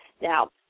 Now